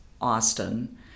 Austin